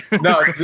No